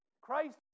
Christ